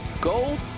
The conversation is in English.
Gold